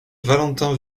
valentin